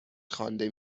خوانده